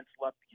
left